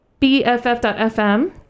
bff.fm